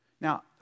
now